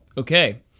Okay